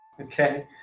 Okay